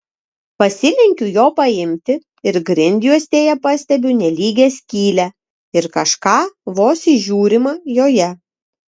pasilenkiu jo paimti ir grindjuostėje pastebiu nelygią skylę ir kažką vos įžiūrima joje